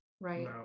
right